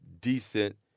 decent